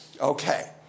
Okay